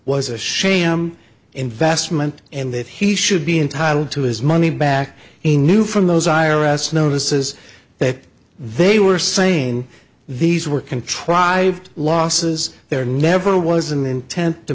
was a sham investment and that he should be entitled to his money back he knew from those i r s notices that they were saying these were contrived losses there never was an intent to